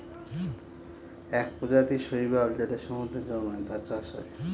এক প্রজাতির শৈবাল যেটা সমুদ্রে জন্মায়, তার চাষ হয়